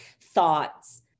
thoughts